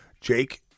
Jake